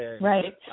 Right